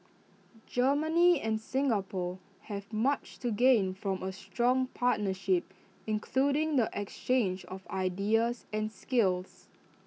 Germany and Singapore have much to gain from A strong partnership including the exchange of ideas and skills